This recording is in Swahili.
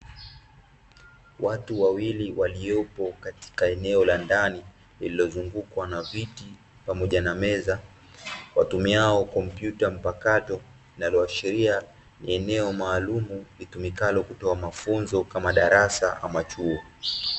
Watu wawili waliopo katika eneo la ndani, lililozungukwa na viti pamoja na meza. Watumiao kompyuta mpakato, linaloashiria ni eneo maalumu, litumikalo kutoa magunzo kama darasa ama chuo.